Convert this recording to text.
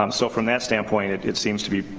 um so from that standpoint it seems to be.